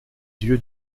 yeux